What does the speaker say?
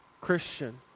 Christian